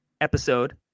episode